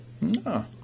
No